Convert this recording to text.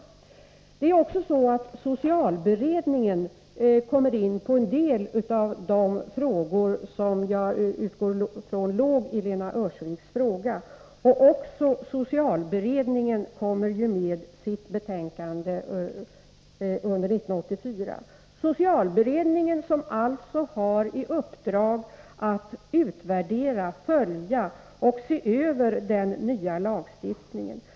Även socialberedningen kommer in på en del av de punkter som jag utgår från att Lena Öhrsvik avsåg med sin fråga. Också socialberedningen kommer med sitt betänkande under 1984. Socialberedningen har alltså i uppdrag att utvärdera, följa och se över den nya lagstiftningen.